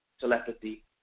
telepathy